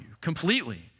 completely